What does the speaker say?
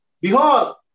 Behold